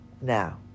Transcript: now